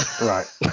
Right